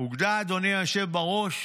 אוגדה, אדוני היושב בראש,